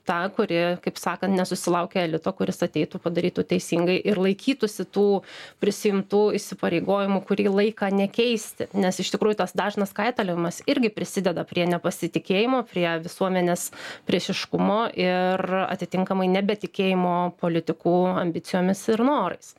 ta kuri kaip sakant nesusilaukia elito kuris ateitų padarytų teisingai ir laikytųsi tų prisiimtų įsipareigojimų kurį laiką nekeisti nes iš tikrųjų tas dažnas kaitaliojimas irgi prisideda prie nepasitikėjimo prie visuomenės priešiškumo ir atitinkamai nebetikėjimo politikų ambicijomis ir norais